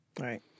Right